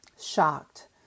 shocked